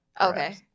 Okay